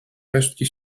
resztki